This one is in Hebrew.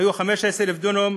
היו 15,000 דונם,